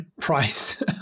price